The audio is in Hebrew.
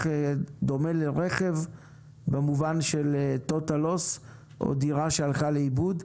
דומה לרכב במובן של טוטאל לוס או דירה שהלכה לאיבוד.